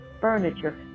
furniture